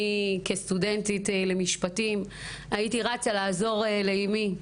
אני כסטודנטית למשפטים הייתי רצה לעזור לאמי.